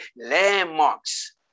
landmarks